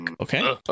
Okay